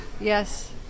Yes